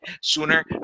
sooner